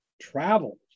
traveled